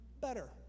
better